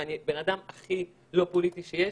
ואני בן אדם הכי לא פוליטי שיש.